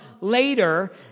later